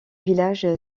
village